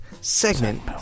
Segment